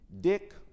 Dick